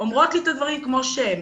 אומרות את הדברים כמו שהם.